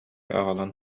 аҕалан